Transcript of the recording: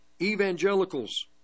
evangelicals